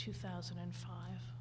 two thousand and five